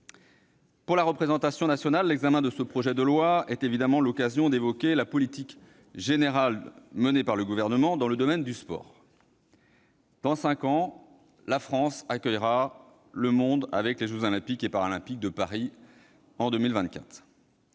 Pour la représentation nationale, l'examen de ce projet de loi est évidemment l'occasion d'évoquer la politique générale menée par le Gouvernement dans le domaine du sport. Dans cinq ans, en 2024, la France accueillera le monde, avec les jeux Olympiques et Paralympiques de Paris.